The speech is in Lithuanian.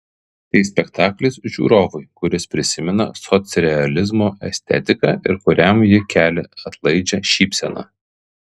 tai spektaklis žiūrovui kuris prisimena socrealizmo estetiką ir kuriam ji kelia atlaidžią šypseną